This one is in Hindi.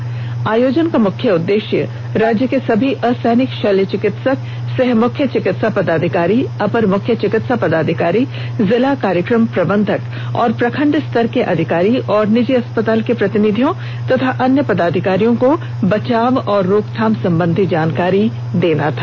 इस आयोजन का मुख्य उददेश्य राज्य के सभी असैनिक शल्य चिकित्सक सह मुख्य चिकित्सा पदाधिकारी अपर मुख्य चिकित्सा पदाधिकारी जिला कार्यक्रम प्रबंधक और प्रखंड स्तर के अधिकारी तथा निजी अस्पताल के प्रतिनिधि और अन्य पदाधिकारियों को बचाव और रोकथाम संबंधी जानकारी प्रदान करना था